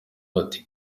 bati